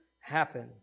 happen